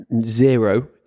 zero